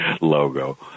logo